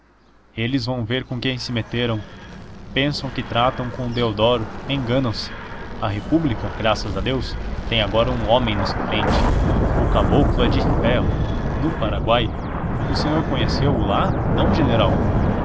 eles vão ver com quem se meteram pensam que tratam com o deodoro enganam se a república graças a deus tem agora um homem na sua frente o caboclo é de ferro no paraguai o senhor conheceu o lá não general